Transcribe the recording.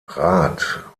rath